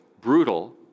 brutal